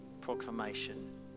proclamation